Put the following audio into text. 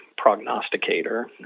prognosticator